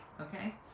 Okay